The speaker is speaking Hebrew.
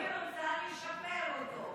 אני רוצה לשפר אותו.